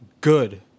Good